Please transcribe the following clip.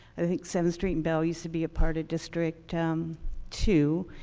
i think seventh street and bell used to be a part of district um two.